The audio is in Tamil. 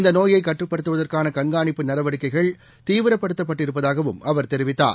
இந்தநோயைகட்டுப்படுத்துவதற்கானகண்காணிப்பு நடவடிக்கைகள் தீவிரப்படுத்தப் பட்டிருப்பதாகவும் அவர் தெரிவித்தார்